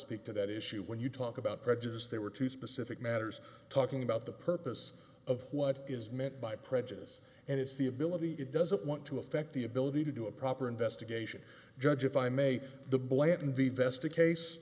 speak to that issue when you talk about prejudice they were too specific matters talking about the purpose of what is meant by prejudice and it's the ability it doesn't want to affect the ability to do a proper investigation judge if i may the